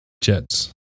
Jets